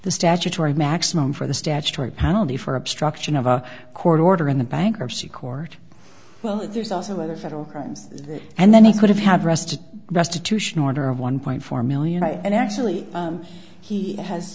the statutory maximum for the statutory penalty for obstruction of a court order in the bankruptcy court well there's also other federal crimes and then he could have arrested restitution order of one point four million and actually he has